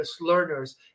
learners